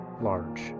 large